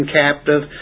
captive